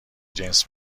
جنس